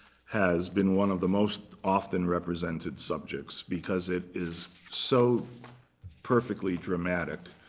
has been one of the most often represented subjects, because it is so perfectly dramatic.